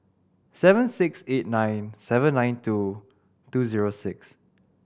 seven six eight nine seven nine two two zero six